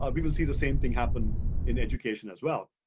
um we will see the same thing happen in education as well.